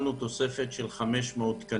קיבלנו תוספת של 500 תקנים.